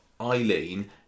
Eileen